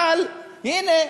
אבל הנה,